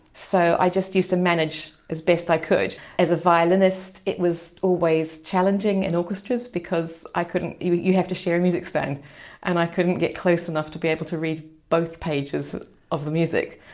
so, i just used to manage as best i could. as a violinist it was always challenging in orchestras because i couldn't you you have to share a music stand and i couldn't get close enough to be able to read both pages of the music,